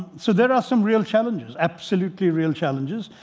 so there are some real challenges, absolutely real challenges.